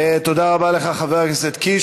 תודה רבה לך, חבר הכנסת קיש.